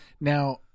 Now